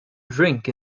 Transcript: drink